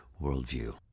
Worldview